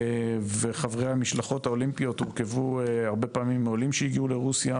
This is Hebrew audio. וחברי המשלחות האולימפיות הורכבו הרבה פעמים מעולים שהגיעו לרוסיה,